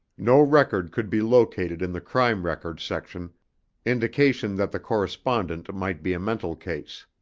no record could be located in the crime records section indication that the correspondent might be a mental case.